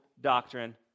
doctrine